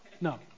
No